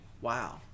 Wow